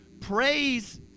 praise